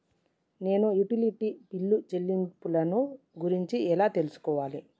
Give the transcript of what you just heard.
నేను utility bill చెల్లింపులను గురించి ఎలా తెలుసుకోవాలి?